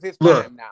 look